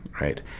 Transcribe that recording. right